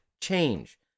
change